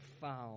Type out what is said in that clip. found